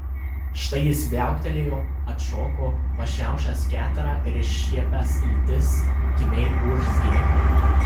štai jis viauktelėjo atšoko pa šiaušęs keterą ir iššiepęs iltis kimiai urzgė